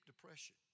depression